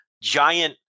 giant